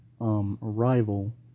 arrival